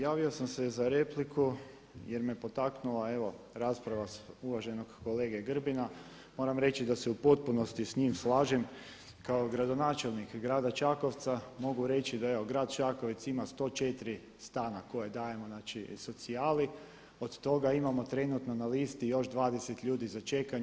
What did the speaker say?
Javio sam se za repliku jer me potaknula evo rasprava uvaženog kolege Grbina, moram reći da se u potpunosti s njim slažem kao gradonačelnik Grada Čakovca mogu reći da je Grad Čakovec ima 104 stana koja dajemo socijali od toga imamo trenutno na listi još 20 ljudi za čekanje.